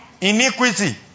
iniquity